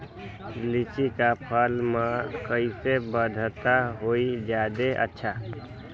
लिचि क फल म कईसे बढ़त होई जादे अच्छा?